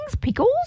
pickles